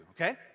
okay